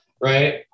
right